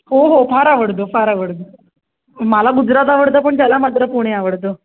हो हो फार आवडतं फार आवडतं मला गुजरात आवडतं पण त्याला मात्र पुणे आवडतं